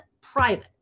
private